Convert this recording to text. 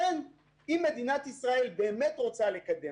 אם מדינת ישראל באמת רוצה לקדם